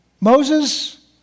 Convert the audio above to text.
Moses